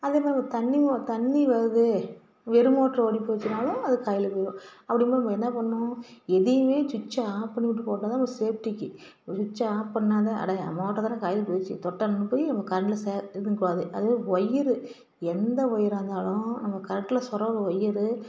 அதே மாதிரி ஒரு தண்ணி மோ தண்ணி வருது வெறும் மோட்ரு ஓடி போயிடிச்சின்னாலும் அது காயிலு போயிடும் அப்படிங்கும் போது நம்ம என்ன பண்ணணும் எதையுமே சுட்ச்சை ஆப் பண்ண விட்டு போட்டால் தான் அப்புறம் சேஃப்டிக்கு ஒரு சுட்ச்சை ஆப் பண்ணால் தான் அட மோட்ரு தானே காயிலு போயிடுச்சி தொட்டோம்னா போய் நம்ம கரண்டில் ச இது பண்ணக்கூடாது அது மாதிரி ஒயரு எந்த ஒயராக இருந்தாலும் நம்ம கரண்டில் சொருகுகிற ஒயரு